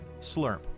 Slurp